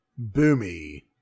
Boomy